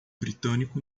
britânico